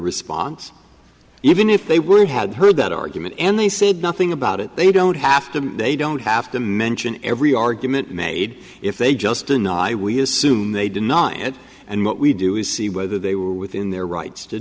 response even if they were had heard that argument and they said nothing about it they don't have to they don't have to mention every argument made if they just deny we assume they deny it and what we do is see whether they were within their rights to